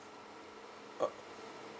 uh